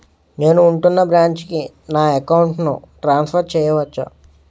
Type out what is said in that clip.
నేను ఉంటున్న బ్రాంచికి నా అకౌంట్ ను ట్రాన్సఫర్ చేయవచ్చా?